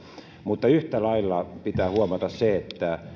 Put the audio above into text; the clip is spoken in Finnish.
mutta yhtä lailla pitää huomata se että